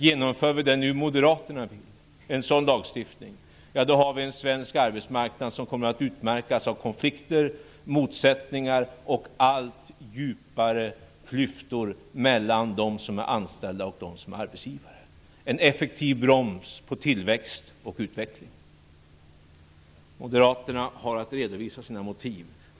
Genomför vi nu en sådan lagstiftning som moderaterna vill ha, då får vi en svensk arbetsmarknad som kommer att utmärkas av konflikter, motsättningar och allt djupare klyftor mellan dem som är anställda och dem som är arbetsgivare, vilket vore en effektiv broms för tillväxt och utveckling. Moderaterna har att redovisa sina motiv.